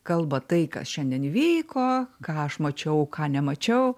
kalba tai kas šiandien vyko ką aš mačiau ką nemačiau